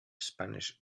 spanish